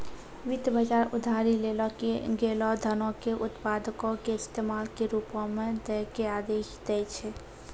वित्त बजार उधारी लेलो गेलो धनो के उत्पादको के इस्तेमाल के रुपो मे दै के आदेश दै छै